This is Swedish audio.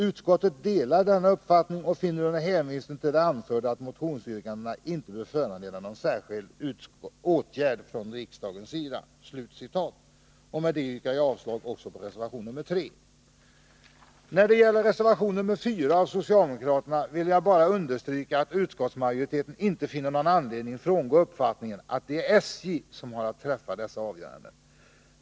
Utskottet delar denna uppfattning och finner under hänvisning till det anförda att motionsyrkandet inte bör föranleda någon särskild åtgärd från riksdagens sida.” Jag yrkar därmed avslag också på reservation 3. När det gäller reservation 4 av socialdemokraterna vill jag bara understryka, att utskottsmajoriteten inte finner någon anledning att frångå uppfattningen att det är SJ som har att träffa dessa avgöranden.